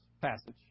passage